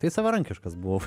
tai savarankiškas buvau